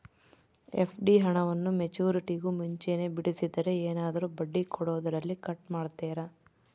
FD ಹಣವನ್ನು ಮೆಚ್ಯೂರಿಟಿಗೂ ಮುಂಚೆನೇ ಬಿಡಿಸಿದರೆ ಏನಾದರೂ ಬಡ್ಡಿ ಕೊಡೋದರಲ್ಲಿ ಕಟ್ ಮಾಡ್ತೇರಾ?